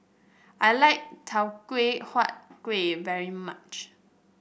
I like Teochew Huat Kueh very much